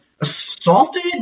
assaulted